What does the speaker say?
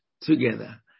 together